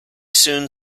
soon